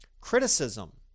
criticism